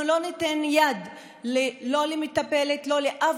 אנחנו לא ניתן יד לא למטפלת ולא לשום